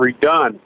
redone